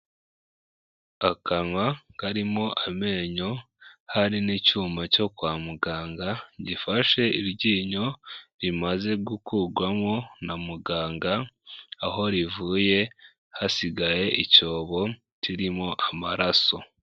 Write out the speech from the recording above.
Akanwa karimo amenyo hari n'icyuma cyo kwa muganga gifashe iryinyo rimaze gukurwamo na muganga, aho rivuye hasigaye icyobo kirimo amaraso.